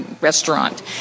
restaurant